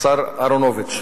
השר אהרונוביץ.